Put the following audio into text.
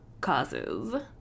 causes